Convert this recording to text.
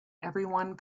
everyone